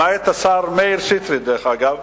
למעט השר מאיר שטרית, דרך אגב.